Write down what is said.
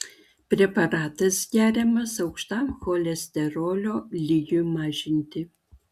preparatas geriamas aukštam cholesterolio lygiui mažinti